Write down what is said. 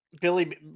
Billy